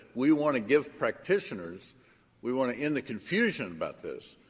we want to give practitioners we want to end the confusion about this.